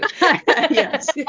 Yes